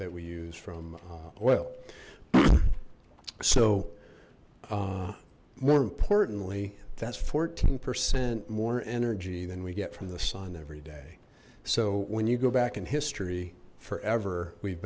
that we use from oil so more importantly that's fourteen percent more energy than we get from the sun every day so when you go back in history forever we've